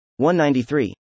193